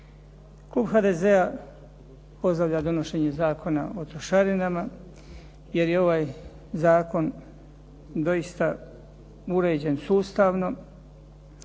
Klub HDZ-a pozdravlja donošenje Zakona o trošarinama, jer je ovaj zakon doista uređen sustavno